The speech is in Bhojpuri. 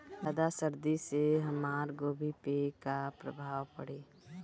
ज्यादा सर्दी से हमार गोभी पे का प्रभाव पड़ी?